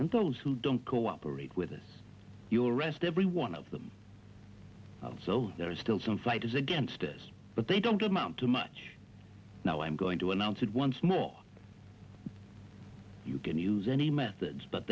and those who don't cooperate with us your arrest every one of them so there is still some fight is against this but they don't amount to much now i'm going to announce it once more you can use any methods but